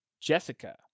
Jessica